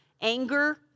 anger